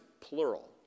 plural